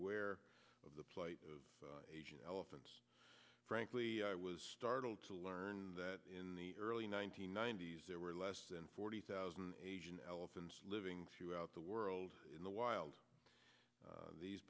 aware of the plight of asian elephants frankly i was startled to learn that in the early one nine hundred ninety s there were less than forty thousand asian elephants living throughout the world in the wild these